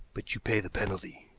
but you pay the penalty.